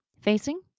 Facing